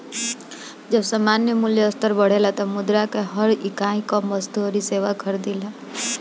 जब सामान्य मूल्य स्तर बढ़ेला तब मुद्रा कअ हर इकाई कम वस्तु अउरी सेवा खरीदेला